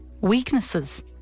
Weaknesses